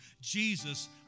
Jesus